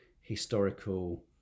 historical